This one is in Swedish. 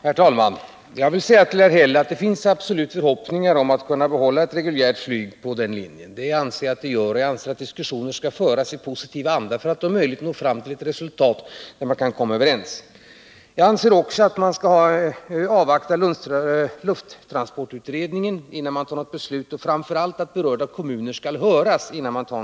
Herr talman! Jag vill säga till herr Häll att jag anser att det absolut finns förhoppningar om att reguljärt flyg kan behållas på den linje han åsyftar. Jag anser också att diskussioner skall föras i en positiv anda för att om möjligt leda till ett resultat som innebär att man kan komma överens. Vidare anser jag att vi bör avvakta lufttransportutredningen innan slutgiltigt beslut fattas och framför allt att berörda kommuner skall höras innan det sker.